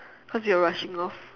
cause we're rushing off